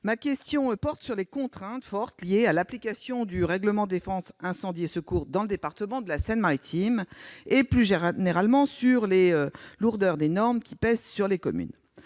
Ma question porte sur les contraintes fortes liées à l'application du règlement de défense incendie et secours dans le département de la Seine-Maritime, et plus généralement sur les lourdeurs des normes qui pèsent sur les communes.